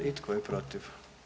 I tko je protiv?